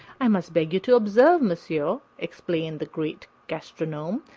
i must beg you to observe, monsieur, explained the great gastronome,